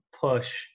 push